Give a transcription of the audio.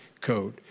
code